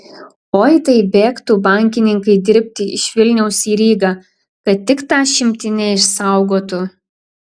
oi tai bėgtų bankininkai dirbti iš vilniaus į rygą kad tik tą šimtinę išsaugotų